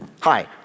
Hi